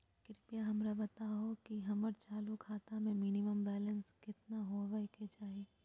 कृपया हमरा बताहो कि हमर चालू खाता मे मिनिमम बैलेंस केतना होबे के चाही